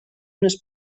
unes